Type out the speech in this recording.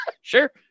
Sure